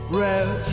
red